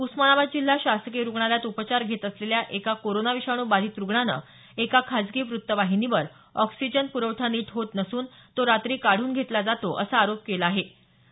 उस्मानाबाद जिल्हा शासकीय रुग्णालयात उपचार घेत असलेल्या एका कोरोना विषाणू बाधित रुग्णाने एका खासगी वृत्तवाहिनीवर ऑक्सिजन पुरवठा नीट होत नसून तो रात्री काढून घेतला जातो असा आरोप केला होता